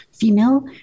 female